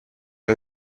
del